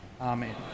Amen